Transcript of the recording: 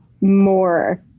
more